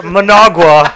Managua